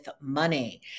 money